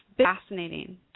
Fascinating